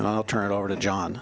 i'll turn it over to john